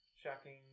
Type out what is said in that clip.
Shocking